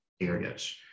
areas